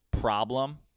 problem—